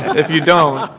if you don't,